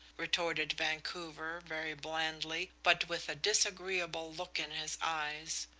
retorted vancouver, very blandly, but with a disagreeable look in his eyes.